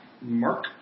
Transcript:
Mark